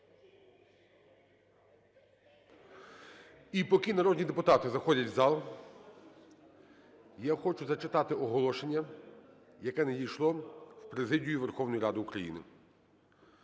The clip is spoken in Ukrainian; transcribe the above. І поки народні депутати заходять в зал, я хочу зачитати оголошення, яке надійшло в президію Верховної Ради України.